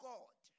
God